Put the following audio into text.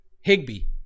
Higby